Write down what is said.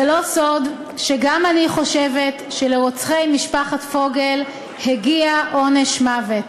זה לא סוד שגם אני חושבת שלרוצחי משפחת פוגל הגיע עונש מוות.